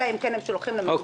אלא אם כן הם שולחים ל-MRI,